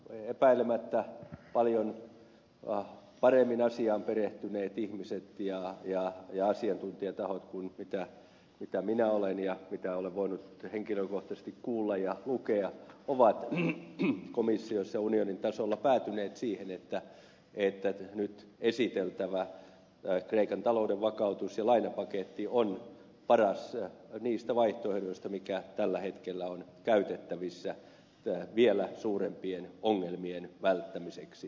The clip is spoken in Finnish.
kuitenkin epäilemättä paljon paremmin asiaan perehtyneet ihmiset ja asiantuntijatahot kuin minä olen ja mitä olen voinut henkilökohtaisesti kuulla ja lukea ovat komissiossa ja unionin tasolla päätyneet siihen että nyt esiteltävä kreikan talouden vakautus ja lainapaketti on paras niistä vaihtoehdoista mitkä tällä hetkellä ovat käytettävissä vielä suurempien ongelmien välttämiseksi